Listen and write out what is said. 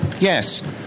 yes